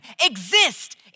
Exist